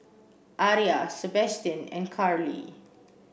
Aria Sebastian and Carli